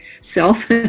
self